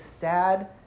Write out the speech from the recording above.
sad